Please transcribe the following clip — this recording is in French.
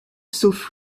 sauf